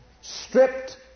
stripped